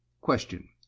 Question